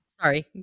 Sorry